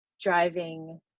driving